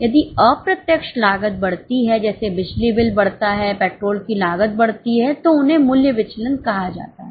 यदि अप्रत्यक्ष लागत बढ़ती है जैसे बिजली बिल बढ़ता है पेट्रोल की लागत बढ़ती है तो उन्हें मूल्य विचलन कहा जाता है